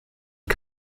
die